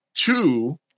two